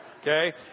okay